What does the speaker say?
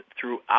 throughout